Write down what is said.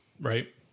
right